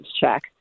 check